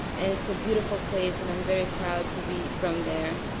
and it's a beautiful place and i'm very proud to be from there.